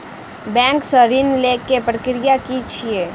Bank सऽ ऋण लेय केँ प्रक्रिया की छीयै?